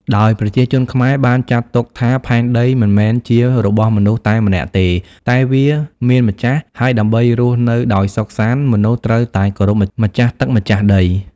ដោយប្រជាជនខ្មែរបានចាត់ទុកថា ផែនដីមិនមែនជារបស់មនុស្សតែម្នាក់ទេ តែវាមានម្ចាស់ ហើយដើម្បីរស់នៅដោយសុខសាន្ត មនុស្សត្រូវតែគោរពម្ចាស់ទឹកម្ចាស់ដី។